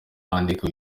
bandika